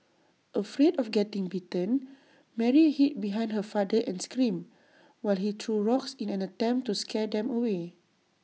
afraid of getting bitten Mary hid behind her father and screamed while he threw rocks in an attempt to scare them away